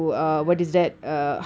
ya